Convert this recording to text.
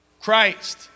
Christ